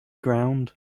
ground